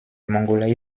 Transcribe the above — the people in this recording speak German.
mongolei